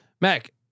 Mac